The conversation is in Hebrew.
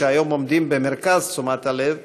שהיום עומדים במרכז תשומת הלב,